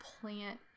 plant